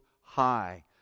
High